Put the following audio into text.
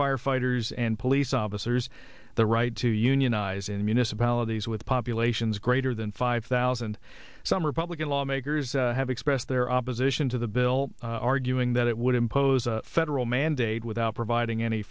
firefighters and police officers the right to unionize and municipalities with populations greater than five thousand some republican lawmakers have expressed their opposition to the bill arguing that it would impose a federal mandate without providing any